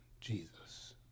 Jesus